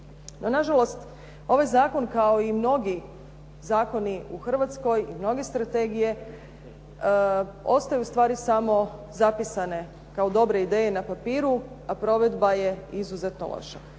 nažalost, ovaj zakon kao i mnogi zakoni u Hrvatskoj i mnoge strategije ostaju samo zapisane kao dobre ideje na papiru a provedba je izuzetno loša.